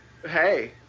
Hey